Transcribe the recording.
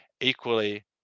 Equally